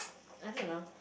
I don't know